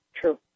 True